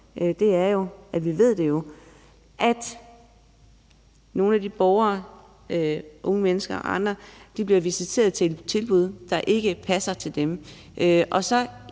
det jo – er tit og ofte, at nogle af de borgere, altså unge mennesker og andre, bliver visiteret til et tilbud, der ikke passer til dem, og